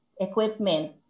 equipment